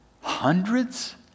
Hundreds